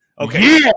Okay